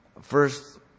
First